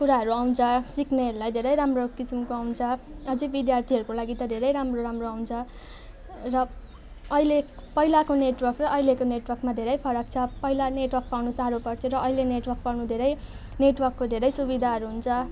कुराहरू आउँछ सिक्नेहरूलाई धेरै राम्रो किसिमको आउँछ अझै विद्यार्थीहरूको लागि त धेरै राम्रो राम्रो आउँछ र अहिले पहिलाको नेटवर्क र अहिलेको नेटवर्कमा धेरै फरक छ पहिलाको नेटवर्क पाउन साह्रो पर्थ्यो र अहिले नेटवर्क पाउनु धेरै नेटवर्कको धेरै सुविधाहरू हुन्छ